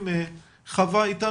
לבקשתך, עשיתי